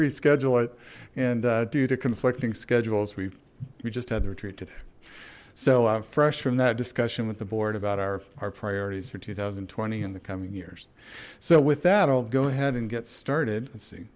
reschedule it and due to conflicting schedules we we just had the retreat today so fresh from that discussion with the board about our our priorities for two thousand and twenty in the coming years so with that i'll go ahead and get started